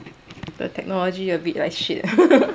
the technology a bit like shit